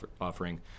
offering